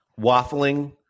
waffling